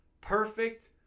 perfect